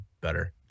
better